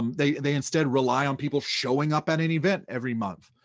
um they they instead rely on people showing up at an event every month.